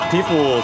People